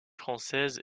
française